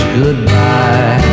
goodbye